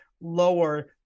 lower